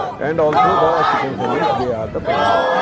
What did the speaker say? and also the chicken sandwich they are the primary.